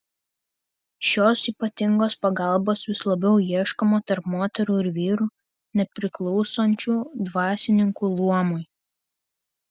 šios ypatingos pagalbos vis labiau ieškoma tarp moterų ir vyrų nepriklausančių dvasininkų luomui